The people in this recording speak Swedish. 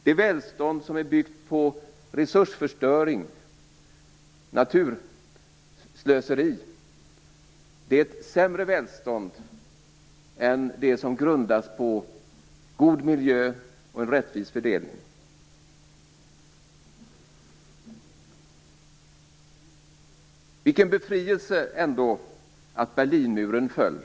Det välstånd som är byggt på naturförstöring och resursslöseri är ett sämre välstånd än det som grundas på god miljö och rättvis fördelning. Vilken befrielse det ändå var att Berlinmuren föll!